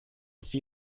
sie